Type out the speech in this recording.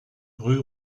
rue